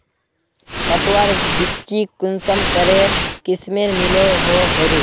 पटवार बिच्ची कुंसम करे किस्मेर मिलोहो होबे?